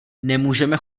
nemůžeme